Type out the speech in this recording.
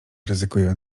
ryzykuję